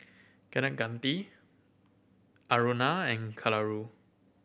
Kaneganti Aruna and Kalluri